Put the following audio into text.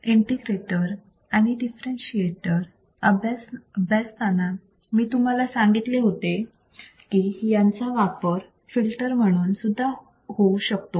आणि इंटिग्रेटर आणि डिफरंटशीएटर अभ्यासताना मी तुम्हाला सांगितले होते की यांचा वापर फिल्टर म्हणून सुद्धा करू शकतो